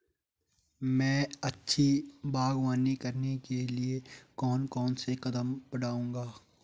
मैं अच्छी बागवानी करने के लिए कौन कौन से कदम बढ़ाऊंगा?